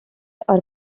are